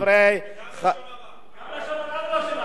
וחברי, וגם חוק לשון הרע.